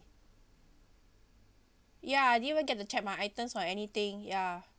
ya didn't even get to check my items or anything ya